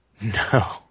No